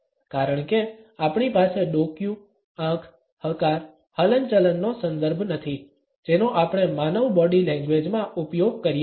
કારણ કે આપણી પાસે ડોકિયું આંખ હકાર હલનચલનનો સંદર્ભ નથી જેનો આપણે માનવ બોડી લેંગ્વેજમાં ઉપયોગ કરીએ છીએ